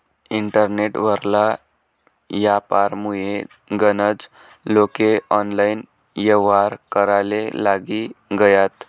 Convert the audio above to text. internet वरला यापारमुये गनज लोके ऑनलाईन येव्हार कराले लागी गयात